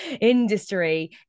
industry